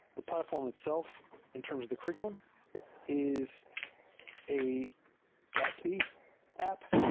the platform itself in terms of the curr iculum is a gatsby app,